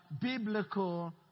biblical